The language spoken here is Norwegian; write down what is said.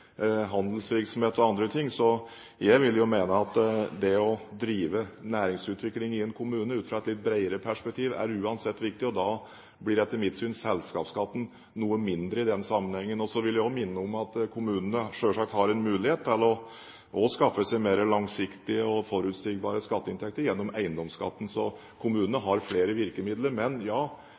ting. Jeg vil mene at det å drive næringsutvikling i en kommune ut fra et litt bredere perspektiv uansett er viktig. Da blir selskapsskatten etter mitt syn noe mindre i den sammenhengen. Så vil jeg minne om at kommunene selvsagt har mulighet til å skaffe seg mer langsiktige og forutsigbare skatteinntekter gjennom eiendomsskatt, slik at kommunene har flere virkemidler. Men ja,